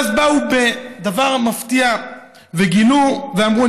ואז באו בדבר מפתיע וגינו ואמרו,